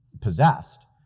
possessed